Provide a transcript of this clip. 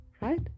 right